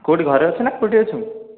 କେଉଁଠି ଘରେ ଅଛୁ ନା କେଉଁଠି ଅଛୁ